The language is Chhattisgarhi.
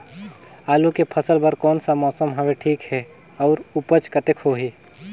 आलू के फसल बर कोन सा मौसम हवे ठीक हे अउर ऊपज कतेक होही?